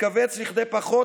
התכווץ לכדי פחות